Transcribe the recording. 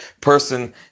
person